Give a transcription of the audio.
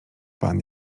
pan